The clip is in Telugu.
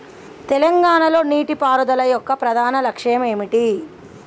తెలంగాణ లో నీటిపారుదల యొక్క ప్రధాన లక్ష్యం ఏమిటి?